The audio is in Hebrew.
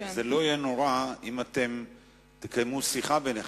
זה לא יהיה נורא אם אתם תקיימו שיחה ביניכם.